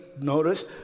notice